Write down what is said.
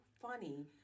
funny